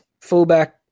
fullback